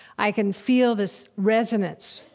i can feel this resonance